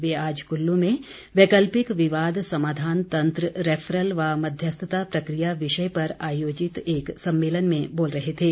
वे आज कुल्लू में वैकल्पिक विवाद समाधान तंत्र रैफरल व मध्यस्थता प्रक्रिया विषय पर आयोजित एक सम्मेलन में बोल रहे थे